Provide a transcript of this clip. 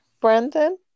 Brandon